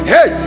Hey